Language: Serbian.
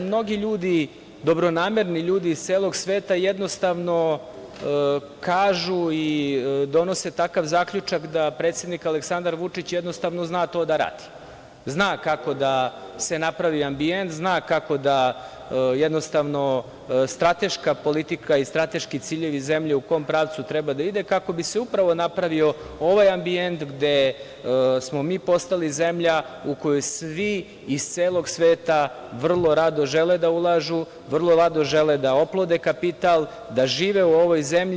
Mnogi ljudi, dobronamerni ljudi iz celog sveta jednostavno kažu i donose takav zaključak da predsednik Aleksandar Vučić jednostavno zna to da radi, zna kako da se napravi ambijent, zna jednostavno strateška politika i strateški ciljevi zemlje u kom pravcu treba da idu kako bi se upravo napravio ovaj ambijent gde smo mi postali zemlja u koju svi iz celog sveta vrlo rado žele da ulažu, vrlo rado žele da oplode kapital, da žive u ovoj zemlji.